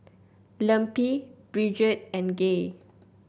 Lempi Bridgett and Gay